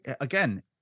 again